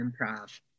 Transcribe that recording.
improv